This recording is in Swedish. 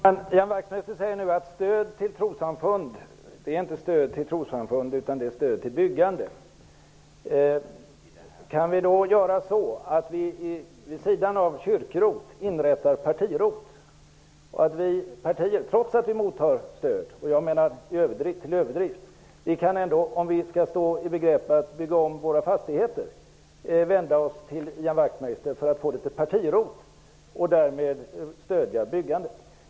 Herr talman! Ian Wachtmeister säger nu att stöd till trossamfund inte är stöd till trossamfund utan till byggande. Kan vi då vid sidan av kyrk-ROT inrätta parti-ROT? Jag menar att partierna mottar stöd i överdrift. Kan partier som står i begrepp att bygga om sina fastigheter vända sig till Ian Wachtmeister för att få litet parti-ROT och därmed stöd till byggandet?